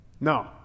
no